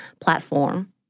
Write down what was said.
platform